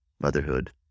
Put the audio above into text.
motherhood